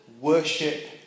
worship